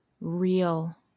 real